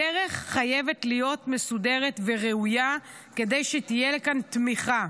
הדרך חייבת להיות מסודרת וראויה כדי שתהיה כאן תמיכה.